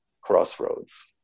crossroads